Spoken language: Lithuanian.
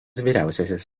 vyriausiasis